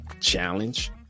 challenge